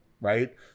right